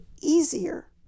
easier